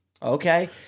Okay